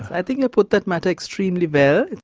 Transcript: i think you put that matter extremely but